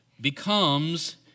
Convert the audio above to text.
becomes